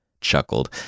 chuckled